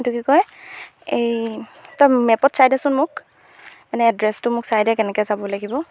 এইটো কি কয় এই তই মেপত চাই দেচোন মোক মানে এড্ৰেছটো মোক চাই দে কেনেকৈ যাব লাগিব